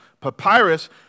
papyrus